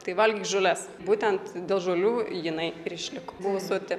tai valgyk žoles būtent dėl žolių jinai ir išliko buvo soti